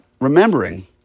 remembering